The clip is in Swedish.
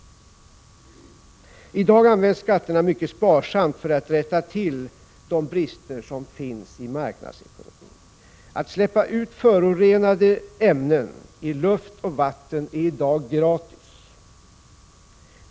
I dag används skatterna mycket sparsamt för att rätta till bristerna i marknadsekonomin. Att släppa ut förorenande ämnen i luft och vatten är nu gratis.